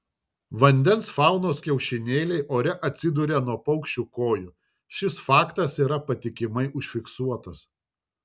vandens faunos kiaušinėliai ore atsiduria nuo paukščių kojų šis faktas yra patikimai užfiksuotas